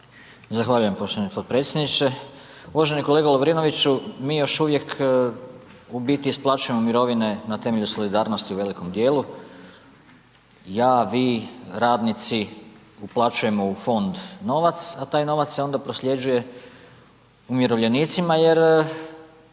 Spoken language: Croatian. Zahvaljujem poštovani potpredsjedniče. Uvaženi kolega Lovrinoviću, mi još uvijek u biti isplaćujemo mirovine na temelju solidarnosti u velikom djelu, ja, vi, radnici, uplaćujemo u fond novac a taj novac se onda prosljeđuje umirovljenicima jer